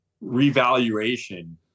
revaluation